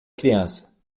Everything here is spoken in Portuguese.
criança